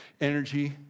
energy